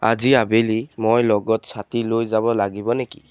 আজি আবেলি মই লগত ছাতি লৈ যাব লাগিব নেকি